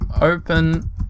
open